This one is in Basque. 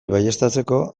baieztatzeko